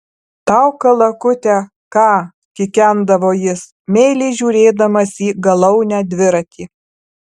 tau kalakute ką kikendavo jis meiliai žiūrėdamas į galaunę dviratį